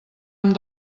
amb